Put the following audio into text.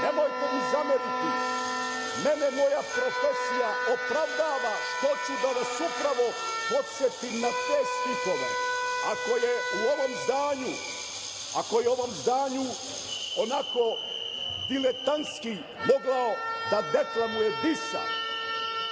nemojte mi zameriti, mene moja profesija opravdava što ću upravo da vas podsetim na te stihove, a koji je u ovom zdanju onako diletantski mogao da deklamuje Disa,